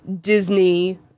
Disney